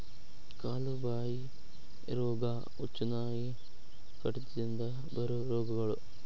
ಕಾಲು ಬಾಯಿ ರೋಗಾ, ಹುಚ್ಚುನಾಯಿ ಕಡಿತದಿಂದ ಬರು ರೋಗಗಳು